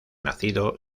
nacido